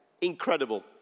Incredible